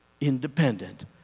independent